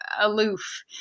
aloof